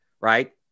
Right